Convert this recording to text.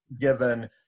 given